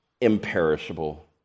imperishable